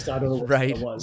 Right